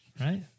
right